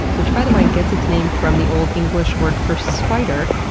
which by the way gets its name from the old english word for spider,